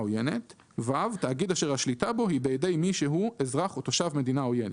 עוינת; תאגיד אשר השליטה בו היא בידי מי שהוא אזרח או תושב מדינה עוינת."."